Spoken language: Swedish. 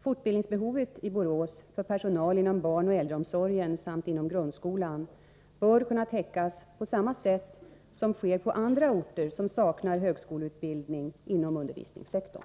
Fortbildningsbehovet i Borås för personal inom barnoch äldreomsorgen samt inom grundskolan bör kunna täckas på samma sätt som sker på andra orter som saknar högskoleutbildning inom undervisningssektorn.